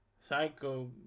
psycho